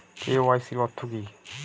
KYC অর্থ কি?